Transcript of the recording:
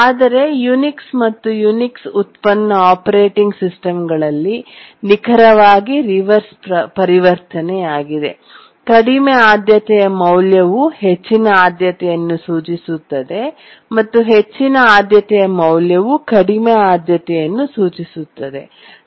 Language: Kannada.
ಆದರೆ ಯುನಿಕ್ಸ್ ಮತ್ತು ಯುನಿಕ್ಸ್ ಉತ್ಪನ್ನ ಆಪರೇಟಿಂಗ್ ಸಿಸ್ಟಂಗಳಲ್ಲಿ ನಿಖರವಾಗಿ ರಿವರ್ಸ್ ಪರಿವರ್ತನೆಯಾಗಿದೆ ಕಡಿಮೆ ಆದ್ಯತೆಯ ಮೌಲ್ಯವು ಹೆಚ್ಚಿನ ಆದ್ಯತೆಯನ್ನು ಸೂಚಿಸುತ್ತದೆ ಮತ್ತು ಹೆಚ್ಚಿನ ಆದ್ಯತೆಯ ಮೌಲ್ಯವು ಕಡಿಮೆ ಆದ್ಯತೆಯನ್ನು ಸೂಚಿಸುತ್ತದೆ